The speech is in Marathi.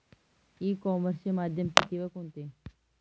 ई कॉमर्सचे माध्यम किती व कोणते?